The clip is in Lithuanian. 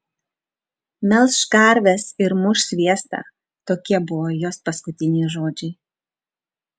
melš karves ir muš sviestą tokie buvo jos paskutiniai žodžiai